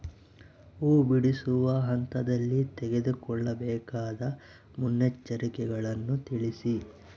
ಹೂ ಬಿಡುವ ಹಂತದಲ್ಲಿ ತೆಗೆದುಕೊಳ್ಳಬೇಕಾದ ಮುನ್ನೆಚ್ಚರಿಕೆಗಳನ್ನು ತಿಳಿಸಿ?